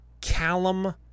callum